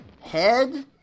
head